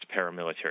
paramilitary